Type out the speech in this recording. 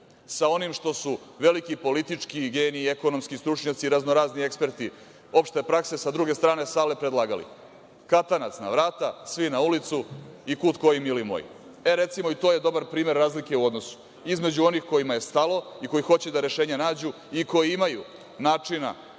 sa onim što su veliki politički geniji i ekonomski stručnjaci, razno-razni eksperti opšte prakse sa druge strane predlagali, katanac na vrata, svi na ulicu i kud koji mili moji. E, recimo i to je dobar primer razlike u odnosu između onih kojima je stalo i koji hoće da rešenje nađu, i koji imaju načina